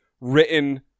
written